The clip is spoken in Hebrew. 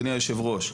אדוני היושב-ראש,